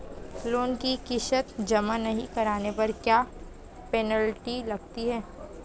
Loan की किश्त जमा नहीं कराने पर क्या पेनल्टी लगती है?